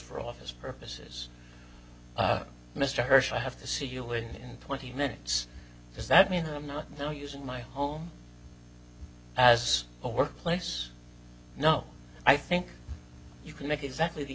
for office purposes mr hersh i have to see you in twenty minutes does that mean i'm not now using my home as a workplace no i think you can make exactly the